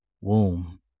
womb